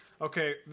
Okay